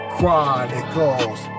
Chronicles